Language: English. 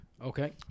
Okay